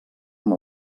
amb